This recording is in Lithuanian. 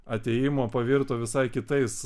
atėjimo pavirto visai kitais